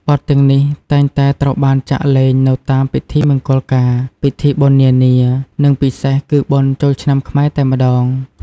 បទទាំងនេះតែងតែត្រូវបានចាក់លេងនៅតាមពិធីមង្គលការ ពិធីបុណ្យនានា និងពិសេសគឺបុណ្យចូលឆ្នាំខ្មែរតែម្តង។